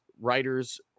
writers